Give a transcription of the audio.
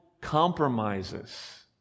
compromises